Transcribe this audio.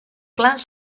plans